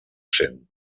cent